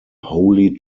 holy